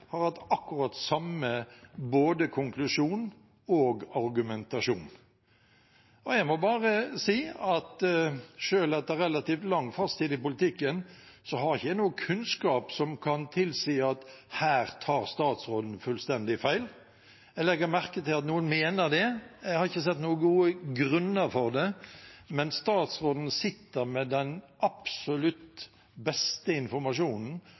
har hatt akkurat samme både konklusjon og argumentasjon. Jeg må bare si at selv etter relativt lang fartstid i politikken, har ikke jeg noe kunnskap som kan tilsi at her tar statsråden fullstendig feil. Jeg legger merke til at noen mener det. Jeg har ikke sett noen gode grunner for det. Statsråden sitter med den absolutt beste informasjonen